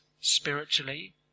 spiritually